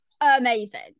amazing